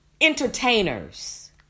entertainers